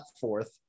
fourth